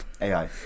AI